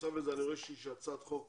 בנוסף לזה אני רואה שיש הצעת חוק